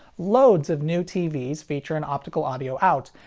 loads of new tvs feature an optical audio out,